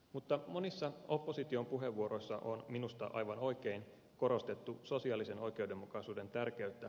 mutta monissa opposition puheenvuoroissa on minusta aivan oikein korostettu sosiaalisen oikeudenmukaisuuden tärkeyttä